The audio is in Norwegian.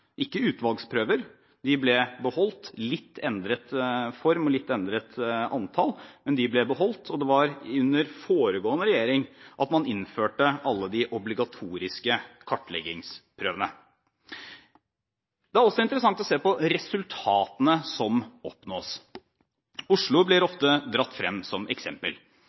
ble beholdt – og det var under foregående regjering at man innførte alle de obligatoriske kartleggingsprøvene. Det er også interessant å se på resultatene som oppnås. Oslo blir ofte dratt frem som eksempel.